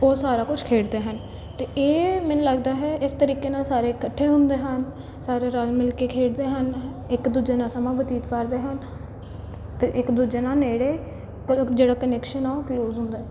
ਉਹ ਸਾਰਾ ਕੁਛ ਖੇਡਦੇ ਹਨ ਅਤੇ ਇਹ ਮੈਨੂੰ ਲੱਗਦਾ ਹੈ ਇਸ ਤਰੀਕੇ ਨਾਲ ਸਾਰੇ ਇਕੱਠੇ ਹੁੰਦੇ ਹਨ ਸਾਰੇ ਰਲ ਮਿਲ ਕੇ ਖੇਡਦੇ ਹਨ ਇੱਕ ਦੂਜੇ ਨਾਲ ਸਮਾਂ ਬਤੀਤ ਕਰਦੇ ਹਨ ਅਤੇ ਇੱਕ ਦੂਜੇ ਨਾਲ ਨੇੜੇ ਜਿਹੜਾ ਕਨੈਕਸ਼ਨ ਆ ਉਹ ਕਲੋਜ਼ ਹੁੰਦਾ ਹੈ